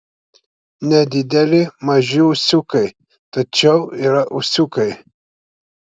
nedideli maži ūsiukai tačiau yra ūsiukai